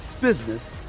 business